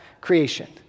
creation